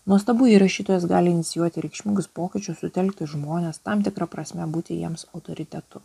nuostabu jei rašytojas gali inicijuoti reikšmingus pokyčius sutelkti žmones tam tikra prasme būti jiems autoritetu